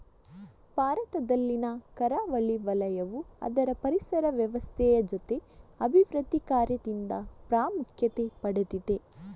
ಭಾರತದಲ್ಲಿನ ಕರಾವಳಿ ವಲಯವು ಅದರ ಪರಿಸರ ವ್ಯವಸ್ಥೆ ಜೊತೆ ಅಭಿವೃದ್ಧಿ ಕಾರ್ಯದಿಂದ ಪ್ರಾಮುಖ್ಯತೆ ಪಡೆದಿದೆ